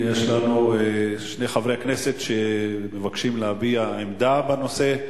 יש לנו שני חברי כנסת שמבקשים להביע עמדה בנושא.